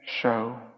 show